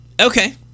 Okay